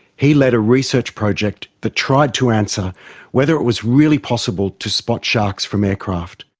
he led a research project that tries to answer whether it was really possible to spot sharks from aircraft.